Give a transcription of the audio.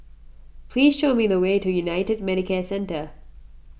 please show me the way to United Medicare Centre